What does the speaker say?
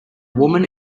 woman